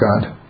God